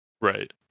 Right